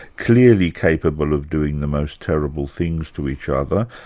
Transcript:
clearly capable of doing the most terrible things to each other,